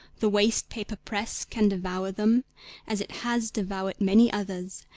the waste-paper press can devour them as it has devoured many others,